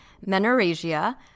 menorrhagia